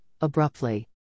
abruptly